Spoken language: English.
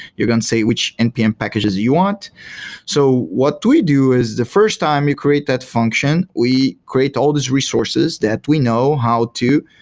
you're going to say which npm packages you want so what do we do is the first time you create that function, we create all these resources that we know how to,